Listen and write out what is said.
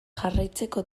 jarraitzeko